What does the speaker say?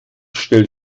stellt